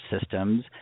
systems